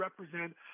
represent